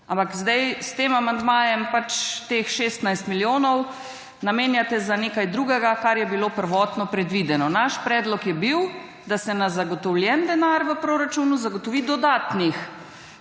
Ampak zdaj s tem amandmajem pač teh 16 milijonov namenjate za nekaj drugega kar je bilo prvotno predvideno. Naš predlog je bil, da se na zagotovljen denar v proračunu zagotovi dodatnih